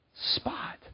Spot